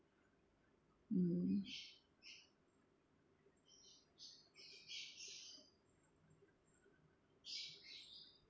mm